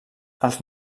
els